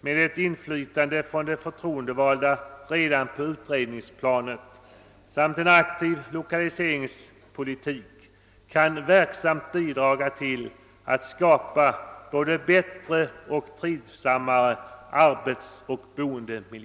med ett inflytande från de förtroendevaldas sidan redan på utredningsplanet samt en aktiv lokaliseringspolitik kan verksamt bidra till att skapa både bättre och trivsammare arbetsoch boendemiljö.